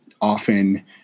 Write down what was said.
often